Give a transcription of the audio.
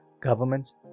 governments